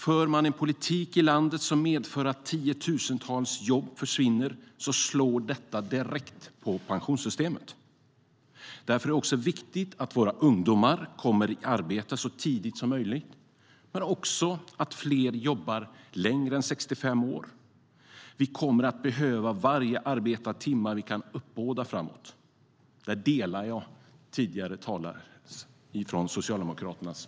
För man en politik i landet som medför att tiotusentals jobb försvinner slår detta direkt på pensionssystemet. Därför är det också viktigt att våra ungdomar kommer i arbete så tidigt som möjligt och också att fler jobbar längre än till 65 år. Vi kommer att behöva varje arbetad timme vi kan uppbåda framåt. Där delar jag uppfattningen hos tidigare talare från Socialdemokraterna.